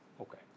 Okay